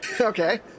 Okay